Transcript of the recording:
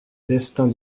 destin